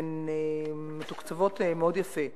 והן מתוקצבות מאוד יפה.